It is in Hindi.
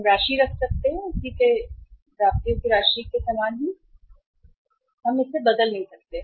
हम राशि रख सकते हैं उसी के नकद हम प्राप्तियों की राशि को समान रख सकते हैं इसे नहीं बदल सकते